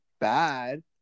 bad